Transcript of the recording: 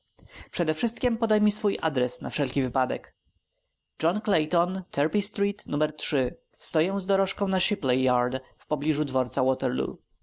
przedewszystkiem podaj mi swój adres na wszelki wypadek cierpi street numer trzy stoję z dorożką na shipley yard w pobliżu dworca waterloo